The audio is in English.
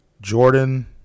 Jordan